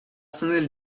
something